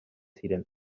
ziren